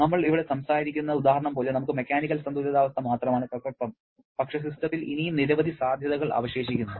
നമ്മൾ ഇവിടെ സംസാരിക്കുന്ന ഉദാഹരണം പോലെ നമുക്ക് മെക്കാനിക്കൽ സന്തുലിതാവസ്ഥ മാത്രമാണ് പ്രസക്തം പക്ഷേ സിസ്റ്റത്തിൽ ഇനിയും നിരവധി സാധ്യതകൾ അവശേഷിക്കുന്നു